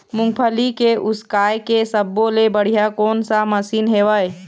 मूंगफली के उसकाय के सब्बो ले बढ़िया कोन सा मशीन हेवय?